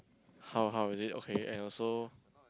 how how is it okay and also